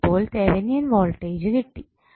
നമുക്കിപ്പോൾ Thevenin voltage കിട്ടി